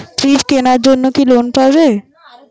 Fridge কেনার জন্য কি লোন পাব?